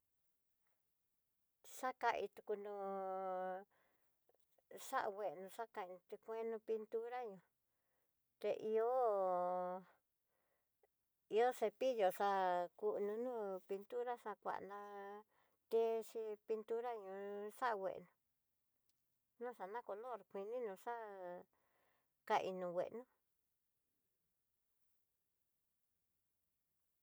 Xaka ikutú no'o xanguno xaka itukueno pintura ño'o, té ihó ihó cepíllo, xa ku no no'o pintura xakuana texhi pintura ño'o, xakuena noxana color kuinino xa'a kaino ngueno.